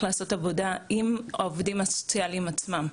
לעשות עבודה עם העובדים הסוציאליים עצמם,